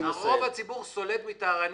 ו "צדקנים"